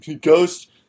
Ghost